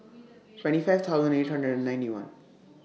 twenty five thousand eight hundred and ninety one